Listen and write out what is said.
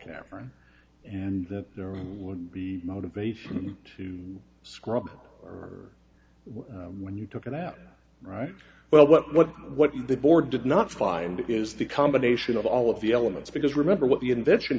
cameron and that there would be motivation to scrub when you took it out right well but what what the board did not find is the combination of all of the elements because remember what the invention